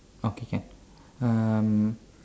okay can um